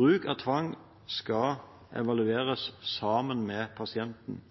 Bruk av tvang skal evalueres sammen med pasienten.